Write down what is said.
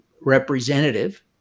representative